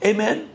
Amen